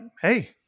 hey